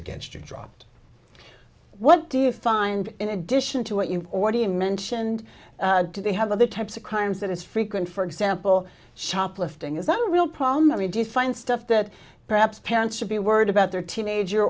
against you dropped what do you find in addition to what you've already mentioned do they have other types of crimes that it's frequent for example shoplifting is that a real problem i mean do you find stuff that perhaps parents should be worried about their teenager